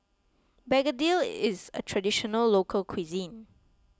Begedil is a Traditional Local Cuisine